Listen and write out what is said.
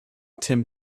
tim